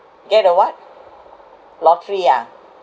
get a what lottery ah